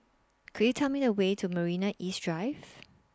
Could YOU Tell Me The Way to Marina East Drive